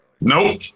Nope